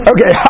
Okay